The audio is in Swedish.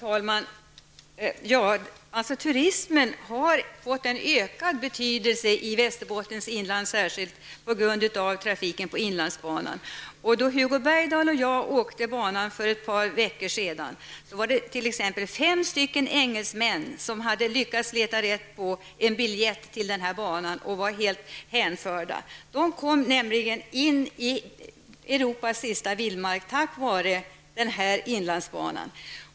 Herr talman! Turismen har fått en ökad betydelse i Västerbottens inland. Det beror säkert på trafiken på inlandsbanan. När Hugo Bergdahl och jag åkte banan för ett par veckor sedan var det t.ex. fem engelsmän som hade lyckats leta rätt på biljetter till banan. De var hänförda. De kom nämligen in i Europas sista vildmark tack vare inlandsbanan.